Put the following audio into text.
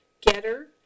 Getter